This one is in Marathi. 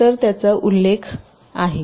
तर त्याचा उल्लेख आहे